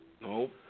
No